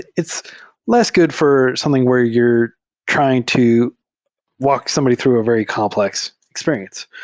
it's less good for something where you're trying to walk somebody through a very complex experience.